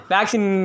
Vaccine